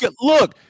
look